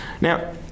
Now